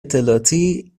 اطلاعاتی